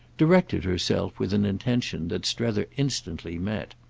directed herself with an intention that strether instantly met.